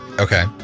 Okay